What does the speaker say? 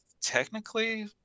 technically